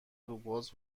روباز